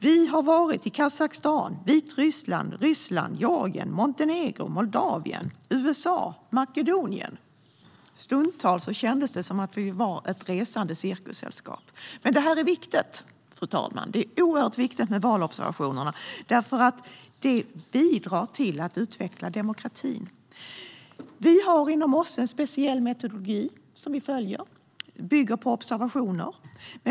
Vi har varit i Kazakstan, Vitryssland, Ryssland, Georgien, Montenegro, Moldavien, USA och Makedonien. Stundtals kändes det som att vi var ett resande cirkussällskap, men detta är viktigt, fru talman. Valobservationerna är oerhört viktiga, för de bidrar till att utveckla demokratin. Organisationen för säkerhet och samar-bete i Europa Vi har inom OSSE en speciell metodologi som vi följer och som bygger på observationer.